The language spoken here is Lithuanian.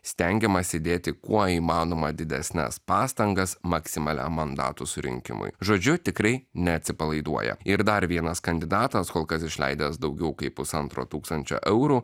stengiamasi įdėti kuo įmanoma didesnes pastangas maksimaliam mandatų surinkimui žodžiu tikrai neatsipalaiduoja ir dar vienas kandidatas kol kas išleidęs daugiau kaip pusantro tūkstančio eurų